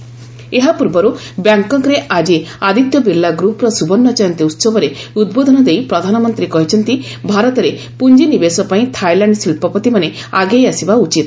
PM ASEAN ଏହାପୂର୍ବରୁ ବ୍ୟାଙ୍ଗ୍କକ୍ରେ ଆଜି ଆଦିତ୍ୟ ବିର୍ଲା ଗ୍ରୁପ୍ର ସୁବର୍ଷ୍ଣ ଜୟନ୍ତୀ ଉହବରେ ଉଦ୍ବୋଧନ ଦେଇ ପ୍ରଧାନମନ୍ତ୍ରୀ କହିଛନ୍ତି ଭାରତରେ ପୁଞ୍ଜିନିବେଶପାଇଁ ଥାଇଲ୍ୟାଣ୍ଡ ଶିଳ୍ପପତିମାନେ ଆଗେଇ ଆସିବା ଉଚିତ